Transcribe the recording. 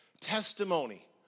Testimony